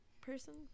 person